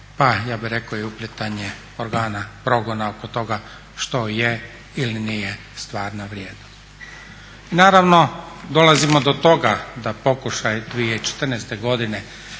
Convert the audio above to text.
pa ja bih rekao i uplitanje organa progona oko toga što je ili nije stvarna vrijednost. I naravno dolazimo do toga da pokušaji 2014. godine